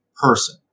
person